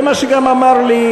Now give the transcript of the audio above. זה מה שגם אמר לי,